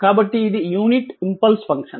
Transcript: కాబట్టి ఇది unit impulse function